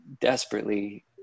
desperately